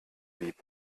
lieb